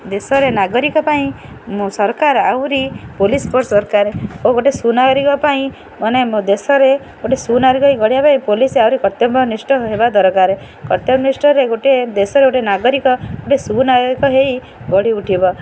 ଦେଶରେ ନାଗରିକ ପାଇଁ ସରକାର ଆହୁରି ପୋଲିସ୍ କୋର୍ସ୍ ଦରକାର ଓ ଗୋଟେ ସୁନାଗରିକ ପାଇଁ ମାନେ ମୋ ଦେଶରେ ଗୋଟେ ସୁନାଗରିକ ହୋଇ ଗଢ଼ିବା ପାଇଁ ପୋଲିସ ଆହୁରି କର୍ତ୍ତବ୍ୟ ନିଷ୍ଠ ହେବା ଦରକାର କର୍ତ୍ତବ୍ୟ ନିଷ୍ଠରେ ଗୋଟିଏ ଦେଶରେ ଗୋଟିଏ ନାଗରିକ ଗୋଟିଏ ସୁନାଗରିକ ହୋଇ ଗଢ଼ି ଉଠିବ